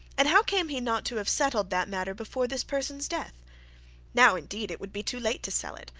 and how came he not to have settled that matter before this person's death now indeed it would be too late to sell it,